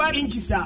inches